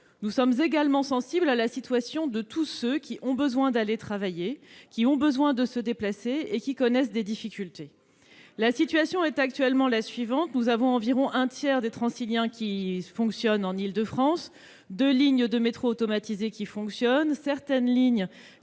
Nous sommes également sensibles à la situation de tous ceux qui ont besoin d'aller travailler et de se déplacer et qui connaissent des difficultés. La situation est actuellement la suivante : environ un tiers des Transiliens fonctionnent en Île-de-France, deux lignes de métro automatisé fonctionnent, certaines lignes